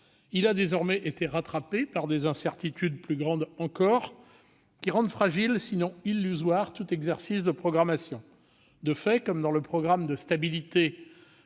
voilà désormais rattrapé par des incertitudes plus grandes encore, qui rendent fragile, sinon illusoire, tout exercice de programmation. De fait, à l'instar du programme de stabilité